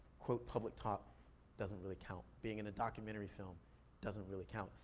quote, public talk doesn't really count. being in a documentary film doesn't really count.